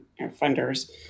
funders